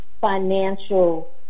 financial